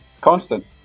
constant